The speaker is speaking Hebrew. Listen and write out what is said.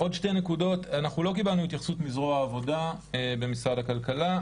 עוד שתי נקודות: אנחנו לא קיבלנו התייחסות מזרוע העבודה במשרד הכלכלה,